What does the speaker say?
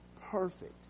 perfect